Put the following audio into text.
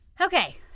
Okay